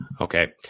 Okay